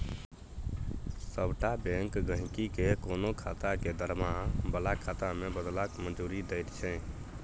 सभटा बैंक गहिंकी केँ कोनो खाता केँ दरमाहा बला खाता मे बदलबाक मंजूरी दैत छै